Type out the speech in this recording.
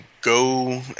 go